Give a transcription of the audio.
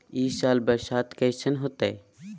ई साल बरसात कैसन होतय?